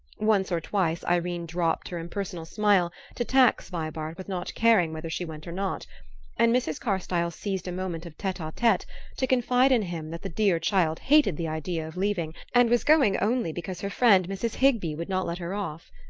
once or twice irene dropped her impersonal smile to tax vibart with not caring whether she went or not and mrs. carstyle seized a moment of tete-a-tete to confide in him that the dear child hated the idea of leaving, and was going only because her friend mrs. higby would not let her off.